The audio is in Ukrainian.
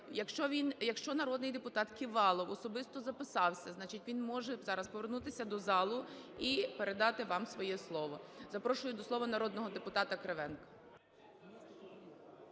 Якщо народний депутат Ківалов особисто записався, значить, він може зараз повернутися до залу і передати вам своє слово. Запрошую до слова народного депутата Кривенка.